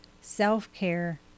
Self-care